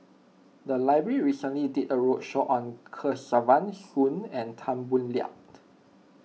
the library recently did a roadshow on Kesavan Soon and Tan Boo Liat